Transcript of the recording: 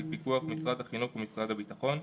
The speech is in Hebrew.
בפיקוח משרד החינוך ומשרד הביטחון: